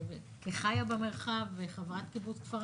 כחיה במרחב וחברת קיבוץ כפר